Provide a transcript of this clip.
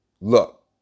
Look